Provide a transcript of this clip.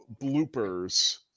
bloopers